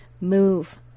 Move